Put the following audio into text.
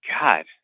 God